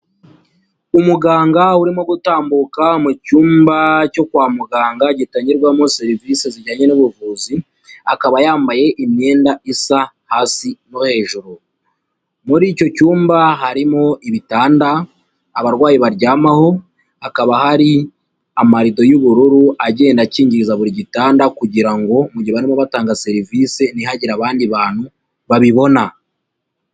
Umuganga urimo gutambuka mu cyumba cyo kwa muganga gitangirwamo serivise zijyanye n'ubuvuzi, akaba yambaye imyenda isa hasi no hejuru. Muri icyo cyumba harimo ibitanda abarwayi baryamaho, hakaba hari amarido y'ubururu agenda akingiza buri gitanda kugira ngo mu gihe barimo batanga serivise ntihagire abandi bantu babibona.